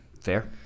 Fair